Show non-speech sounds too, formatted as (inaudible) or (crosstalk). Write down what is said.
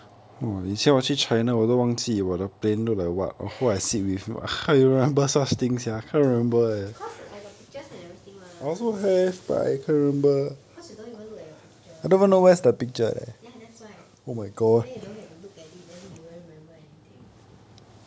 (laughs) because I got pictures and everything mah because you don't even look at your pictures ya that's why then you don't get to look at it then you don't remember anything